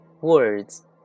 Words